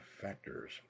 factors